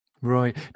Right